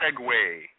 segue